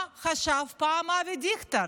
מה חשב פעם אבי דיכטר?